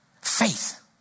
faith